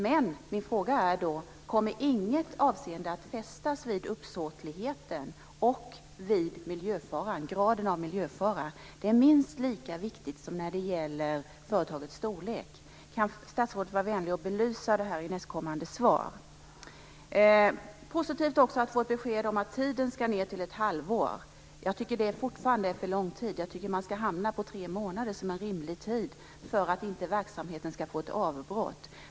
Men min fråga är: Kommer inget avseende att fästas vid uppsåtligheten och vid miljöfaran, graden av miljöfara? Det är minst lika viktigt som när det gäller företagets storlek. Kan statsrådet vara vänlig att belysa detta i sitt nästa inlägg? Det är också positivt att få ett besked om att tiden ska ned till ett halvår. Jag tycker att det fortfarande är för lång tid. Jag tycker att man ska hamna på tre månader som en rimlig tid för att verksamheten inte ska få ett avbrott.